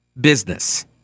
business